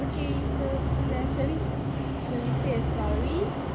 okay so அந்த:andha should we say a story